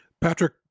Patrick